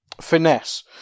finesse